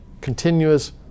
continuous